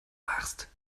warst